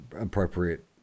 appropriate